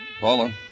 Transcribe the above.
Paula